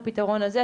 לפתרון הזה,